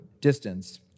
distance